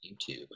youtube